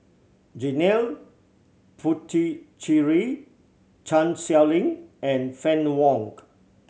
Janil Puthucheary Chan Sow Lin and Fann Wong